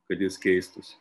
kad jis keistųsi